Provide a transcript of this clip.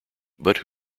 but